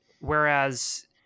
Whereas